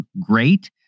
great